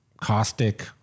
caustic